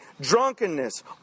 drunkenness